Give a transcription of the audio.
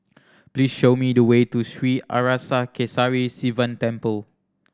please show me the way to Sri Arasakesari Sivan Temple